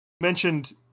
mentioned